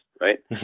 right